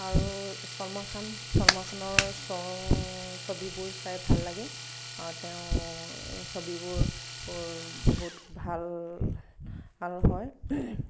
আৰু চলমান খান চলমান খানৰ চ ছবিবোৰ চাই ভাল লাগে আৰু তেওঁৰ ছবিবোৰ বহুত ভাল ভাল হয়